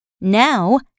Now